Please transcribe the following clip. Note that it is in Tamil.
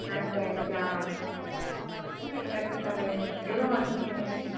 மேக்ஸ் பையாலிஜா ம் எடுத்துக்கலாமே எவ்வளோ மார்க்குன்னு சொன்னிங்க நீங்கள்